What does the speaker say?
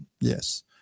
Yes